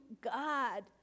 God